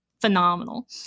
phenomenal